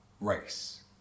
race